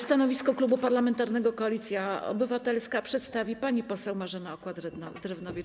Stanowisko Klubu Parlamentarnego Koalicja Obywatelska przedstawi pani poseł Marzena Okła-Drewnowicz.